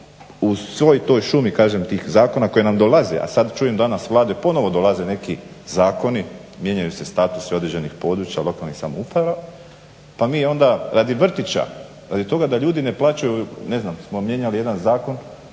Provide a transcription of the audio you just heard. u svoj toj šumi tih zakona koji nam dolaze a sad čujem danas Vladu ponovo dolaze neki zakoni, mijenjaju se status određenih područja, lokalnih samouprava, pa mi onda radi vrtića, radi toga da ljudi ne plaćaju ne znam smo mijenjali jedan zakon